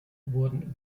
wurden